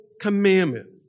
commandment